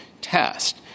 test